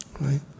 right